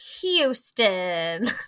Houston